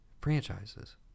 franchises